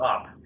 up